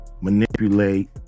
manipulate